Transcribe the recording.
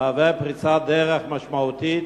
מהווה פריצת דרך משמעותית